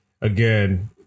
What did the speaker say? again